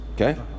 Okay